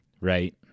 right